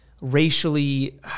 racially